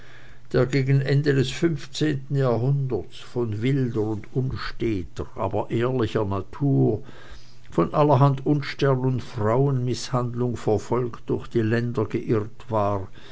der gegen ende des fünfzehnten jahrhunderts von wilder und unsteter aber ehrlicher natur von allerhand unstern und frauenmißhandlung verfolgt durch die länder geirrt war